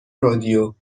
رادیو